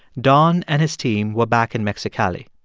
don and his team were back in mexicali.